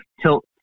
tilt